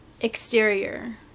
exterior